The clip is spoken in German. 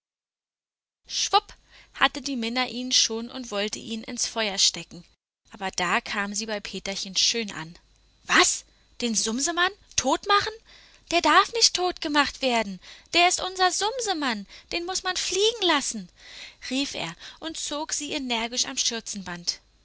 schwupp hatte die minna ihn schon und wollte ihn ins feuer stecken aber da kam sie bei peterchen schön an was den sumsemann totmachen der darf nicht totgemacht werden der ist unser sumsemann den muß man fliegen lassen rief er und zog sie energisch am